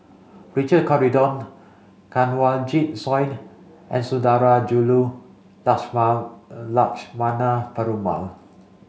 Richard Corridon Kanwaljit Soin and Sundarajulu Lakshmana Perumal